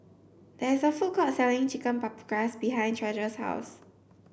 there is a food court selling Chicken Paprikas behind Treasure's house